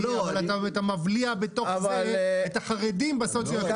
אבל מבליע בתוך זה את החרדים בסוציו-אקונומי הנמוך.